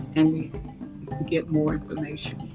and we get more information.